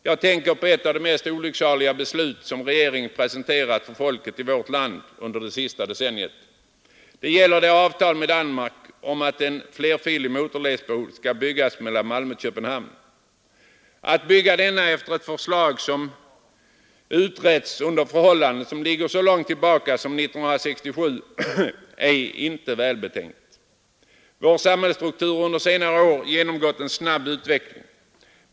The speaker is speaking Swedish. Jag tänker på ett av de mest olycksaliga beslut regeringen presenterat folket i vårt land under det senaste decenniet. Det gäller avtalet med Danmark om att en flerfilig motorledsbro skall byggas mellan Malmö och Köpenhamn. Att bygga denna efter ett förslag som utretts under förhållanden som ligger så långt tillbaka som 1967 är inte välbetänkt. Vår samhällsstruktur har under senare år genomgått en snabb utveckling.